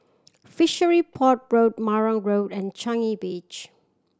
Fishery Port Road Marang Road and Changi Beach